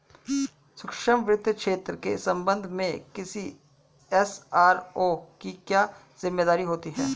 सूक्ष्म वित्त क्षेत्र के संबंध में किसी एस.आर.ओ की क्या जिम्मेदारी होती है?